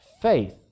Faith